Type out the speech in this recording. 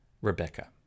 Rebecca